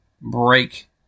break